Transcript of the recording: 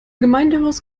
gemeindehaus